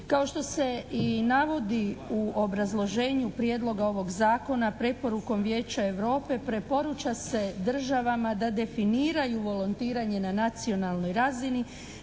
Kao što se i navodi u obrazloženju prijedloga ovog zakona preporukom Vijeća Europe preporuča se državama da definiraju volontiranje na nacionalnoj razini